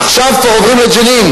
עכשיו כבר עוברים לג'נין.